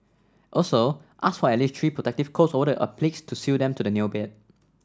also ask for at least three protective coats over the appliques to seal them to the nail bed